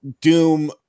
doom